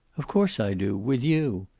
of course i do, with you.